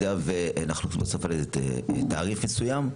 במידה ואנחנו נלך על תעריף מסוים,